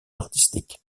artistique